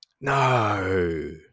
No